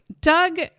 Doug